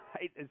right